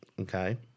Okay